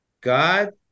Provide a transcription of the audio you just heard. God